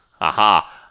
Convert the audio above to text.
aha